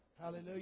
Hallelujah